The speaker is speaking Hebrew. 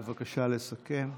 בבקשה, לסכם.